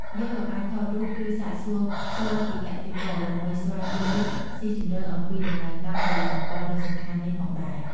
យើងក៏អាចថតរូប ឬសាកសួរផ្ទាល់ពីកសិករ ដើម្បីស្វែងយល់ស៊ីជម្រៅអំពីដំណើរការផលិតអំបិលដ៏សំខាន់នេះផងដែរ។